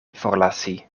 forlasi